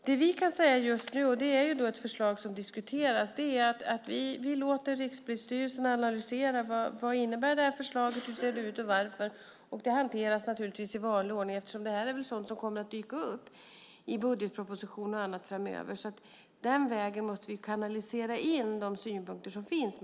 Det vi kan säga nu, och som är ett förslag som diskuteras, är att vi låter Rikspolisstyrelsen analysera vad förslaget innebär, hur det ser ut och varför. Det hanteras i vanlig ordning eftersom detta är sådant som kommer att dyka upp i budgetproposition och annat framöver. Den vägen måste vi kanalisera in de synpunkter som finns.